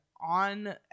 on